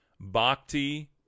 Bhakti